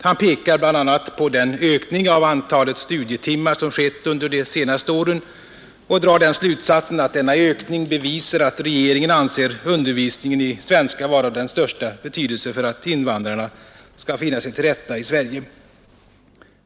Han pekar bl.a. på den ökning av antalet studietimmar som skett under de senaste åren och drar slutsatsen att denna ökning bevisar att regeringen anser undervisningen i svenska vara av största betydelse för att invandrarna skall finna sig till rätta i Sverige.